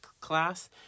class